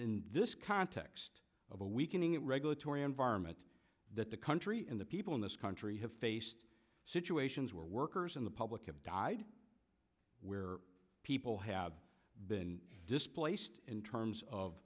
in this context of a weakening it regulatory enviro i meant that the country and the people in this country have faced situations where workers in the public have died where people have been displaced in terms of